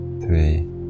three